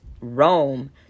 Rome